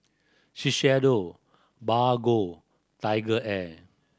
Shiseido Bargo TigerAir